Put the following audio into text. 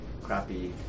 crappy